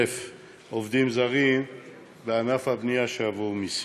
עובדים זרים בענף הבנייה שיבואו מסין.